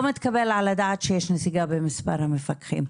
לא מתקבל על הדעת שיש נסיגה במספר המפקחים,